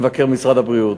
למבקר משרד הבריאות,